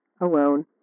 alone